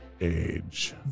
age